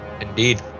Indeed